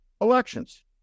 elections